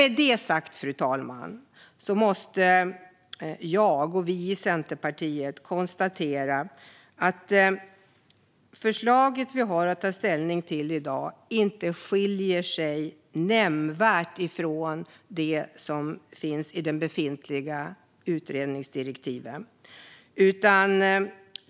Med detta sagt måste jag och vi i Centerpartiet konstatera att det förslag som vi har att ta ställning till i dag inte skiljer sig nämnvärt från det som finns i det befintliga utredningsdirektivet.